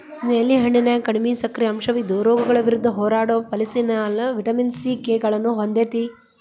ನೇಲಿ ಹಣ್ಣಿನ್ಯಾಗ ಕಡಿಮಿ ಸಕ್ಕರಿ ಅಂಶವಿದ್ದು, ರೋಗಗಳ ವಿರುದ್ಧ ಹೋರಾಡೋ ಪಾಲಿಫೆನಾಲ್, ವಿಟಮಿನ್ ಸಿ, ಕೆ ಗಳನ್ನ ಹೊಂದೇತಿ